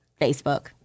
Facebook